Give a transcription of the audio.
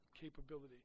capability